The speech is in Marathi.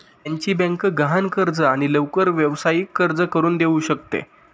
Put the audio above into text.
त्याची बँक गहाण कर्ज आणि लवकर व्यावसायिक कर्ज करून देऊ शकते